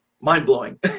mind-blowing